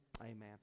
Amen